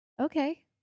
okay